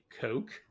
Coke